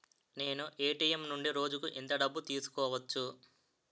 నేను ఎ.టి.ఎం నుండి రోజుకు ఎంత డబ్బు తీసుకోవచ్చు?